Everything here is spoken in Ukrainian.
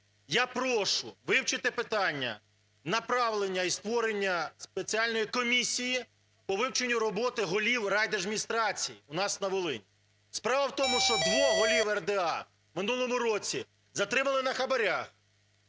Я прошу вивчити питання направлення і створення спеціальної комісії по вивченню роботи голів райдержадміністрацій у нас на Волині. Справа в тому, що двох голів РДА в минулому році затримали на хабарах,